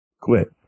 quit